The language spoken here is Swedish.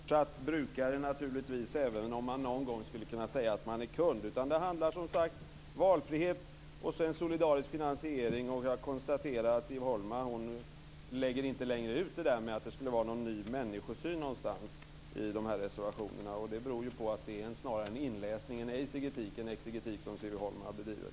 Fru talman! Nej, man är naturligtvis fortsatt brukare, även om man någon gång skulle kunna säga att man är kund. Det handlar, som sagt var, om valfrihet och solidarisk finansiering. Jag konstaterar att Siv Holma inte längre lägger ut det där med att det skulle vara en ny människosyn i reservationerna. Det beror snarare på att det är en inläsning än en exegetik som Siv Holma bedriver.